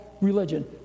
religion